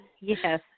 Yes